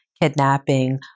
kidnapping